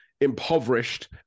impoverished